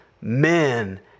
men